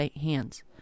hands